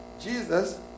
Jesus